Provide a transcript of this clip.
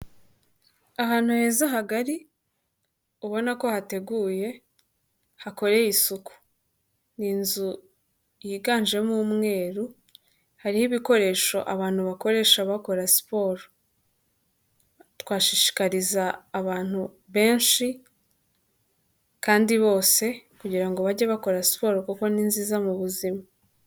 Ahantu heza hagari ubona ko hateguye hakoreye isuku ni inzu yiganjemo umweru, hariho ibikoresho abantu bakoresha bakora siporo, twashishikariza abantu benshi kandi bose kugira ngo bajye bakora siporo kuko ni nziza mu buzima.